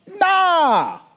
Nah